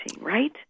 right